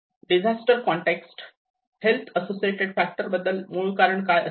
disaster context health associated factor बद्दल मूळ कारण काय असते